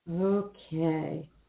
Okay